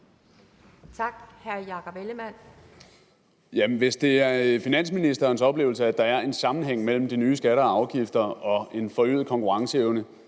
Hvis det er finansministerens oplevelse, at der er en sammenhæng mellem de nye skatter og afgifter og en forøget konkurrenceevne,